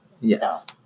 Yes